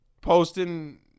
posting